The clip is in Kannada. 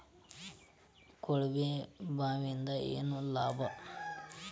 ಕೊಳವೆ ಬಾವಿಯಿಂದ ಏನ್ ಲಾಭಾ?